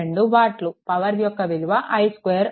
2 వాట్లు పవర్ విలువ i2 r 7